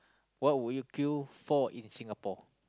what would you queue for in Singapore